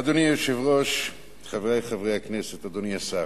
אדוני היושב-ראש, חברי חברי הכנסת, אדוני השר,